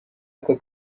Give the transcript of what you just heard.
aka